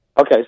Okay